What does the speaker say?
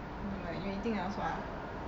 don't know you eating also ah